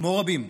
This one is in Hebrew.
כמו רבים,